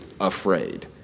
afraid